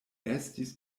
estis